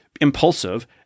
impulsive